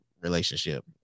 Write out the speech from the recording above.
relationship